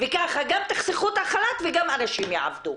וככה גם תחסכו את החל"ת וגם אנשים יעבדו.